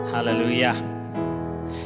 Hallelujah